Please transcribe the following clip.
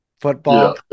football